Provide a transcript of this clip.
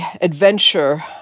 adventure